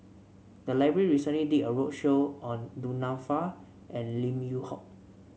the library recently did a roadshow on Du Nanfa and Lim Yew Hock